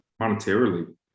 monetarily